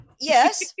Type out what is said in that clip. Yes